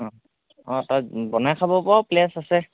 অঁ অঁ তাত বনাই খাব পৰাও প্লে'চ আছে